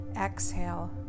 exhale